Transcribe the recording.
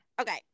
Okay